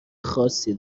خاصی